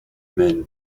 mène